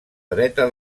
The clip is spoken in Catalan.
dreta